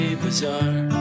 bizarre